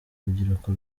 urubyiruko